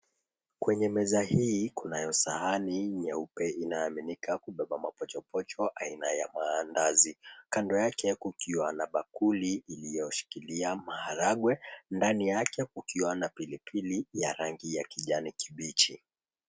Kwenye meza hii, kunayo sahani nyeupe inayoaminika kubeba mapochopocho aina ya mandazi. Kando yake, kukiwa na bakuli iliyoshikilia maharagwe, ndani yake kukiwa na pilipili ya rangi ya kijani kibichi.